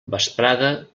vesprada